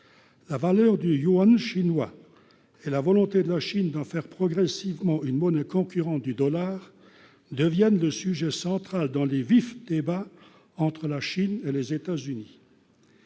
la valeur du Yuan chinois, c'est la volonté de la Chine d'en faire progressivement une bonne le concurrent du dollar devienne le sujet central dans les vif débat entre la Chine et les États-Unis,